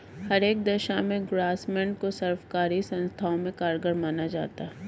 हर एक दशा में ग्रास्मेंट को सर्वकारी संस्थाओं में कारगर माना जाता है